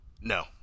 No